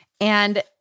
And-